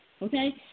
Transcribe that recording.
Okay